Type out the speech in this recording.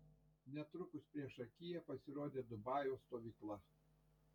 netrukus priešakyje pasirodė dubajaus stovykla